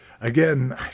again